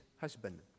husband